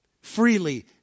Freely